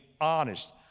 honest